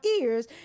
ears